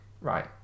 right